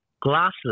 glasses